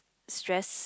stress